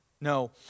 No